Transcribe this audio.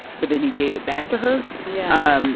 but then he gave it back to her. yeah. um